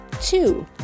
Two